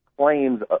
claims